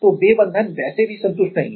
तो वे बंधन वैसे भी संतुष्ट नहीं हैं